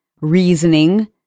reasoning